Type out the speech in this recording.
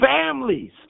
families